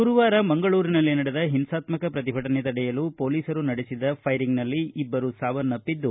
ಗುರುವಾರ ಮಂಗಳೂರಿನಲ್ಲಿ ನಡೆದ ಹಿಂಸಾತ್ಕ ಪ್ರತಿಭಟನೆ ತಡೆಯಲು ಪೋಲೀಸರು ಪೊಲೀಸ್ ಫೈರಿಂಗ್ನಲ್ಲಿ ಇಬ್ಬರು ಸಾವನ್ನಪ್ಪಿದ್ದು